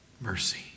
Mercy